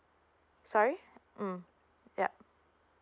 sorry mm yup